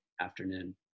afternoon